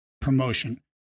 Promotion